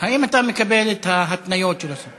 האם אתה מקבל את ההתניות של השר?